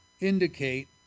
indicate